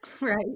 Right